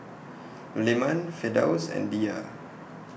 Leman Firdaus and Dhia